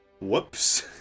Whoops